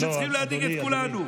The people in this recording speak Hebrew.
שצריכים להדאיג את כולנו.